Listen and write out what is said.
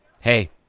Hey